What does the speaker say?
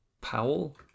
Powell